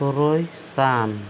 ᱛᱩᱨᱩᱭ ᱥᱟᱱ